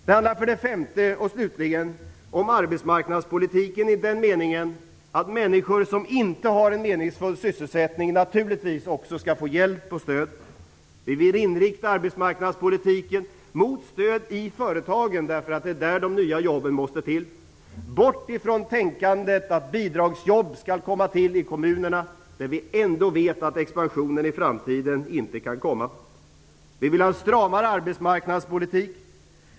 Det handlar för det femte och slutligen om arbetsmarknadspolitiken i den meningen att människor som inte har en meningsfull sysselsättning naturligtvis också skall få hjälp och stöd. Vi vill inrikta arbetsmarknadspolitiken mot stöd i företagen, eftersom det är där de nya jobben måste skapas. Vi måste bort ifrån tänkandet att bidragsjobb skall komma till i kommunerna, där vi ändå vet att expansionen i framtiden inte kan komma. Vi vill ha en stramare arbetsmarknadspolitik.